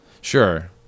Sure